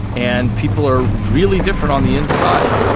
and people are really different on the inside.